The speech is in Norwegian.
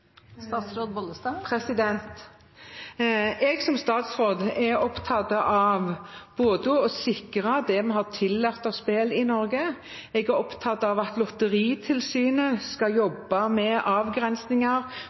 Jeg som statsråd er opptatt av både å sikre det vi har tillatt av spill i Norge, og at Lotteritilsynet skal jobbe med avgrensninger av manipulasjoner og å hindre at